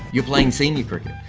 you're playing senior cricket.